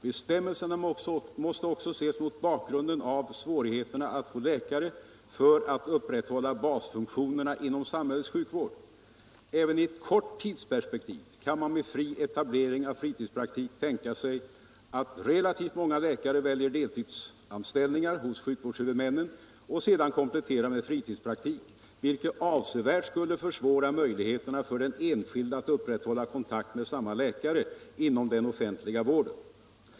Bestämmelserna måste också ses mot bakgrunden av svårigheterna att få läkare för att upprätthålla basfunktionerna inom samhällets sjukvård. Även i kort per Etableringsregler spektiv kan man med fri etablering av fritidspraktik tänka sig att relativt många läkare väljer deltidsanställningar hos sjukvårdshuvudmännen och sedan kompletterar med fritidspraktik, vilket avsevärt skulle försvåra möjligheterna för den enskilde att upprätthålla kontakt med samma läkare inom den offentliga vården.